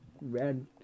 Red